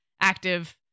active